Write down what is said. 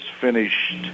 finished